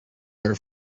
her